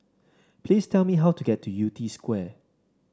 please tell me how to get to Yew Tee Square